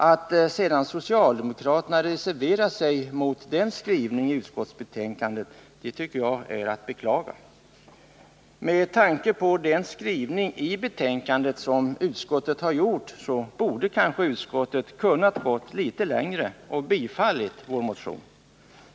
Att sedan socialdemokraterna har reserverat sig mot denna skrivning i utskottsbetänkandet är bara att beklaga. Med tanke på sin skrivning i betänkandet borde kanske utskottet ha kunnat gå litet längre och tillstyrka vår motion.